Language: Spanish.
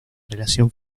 relación